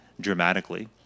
dramatically